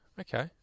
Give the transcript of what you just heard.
Okay